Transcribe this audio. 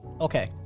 Okay